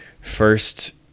first